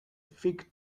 fig